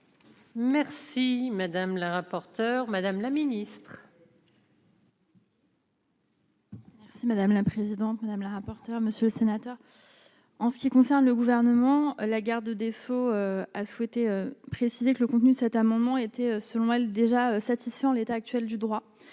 Merci madame la rapporteure, Madame la Ministre. Si madame la présidente, madame la rapporteure, monsieur le sénateur. En ce qui concerne le gouvernement, la garde des Sceaux a souhaité préciser que le contenu, c'est un moment était, selon elle, déjà satisfait en l'état actuel du droit,